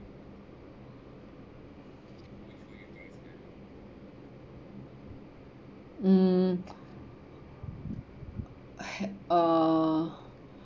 mm !hais! uh